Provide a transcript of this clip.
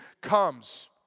comes